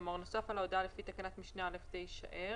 כלומר "נוסף על ההודעה לפי תקנת משנה (א)" זה יישאר,